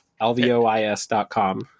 Lvois.com